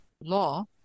law